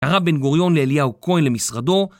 קרא בן גוריון לאליהו כהן למשרדו